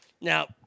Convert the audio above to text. Now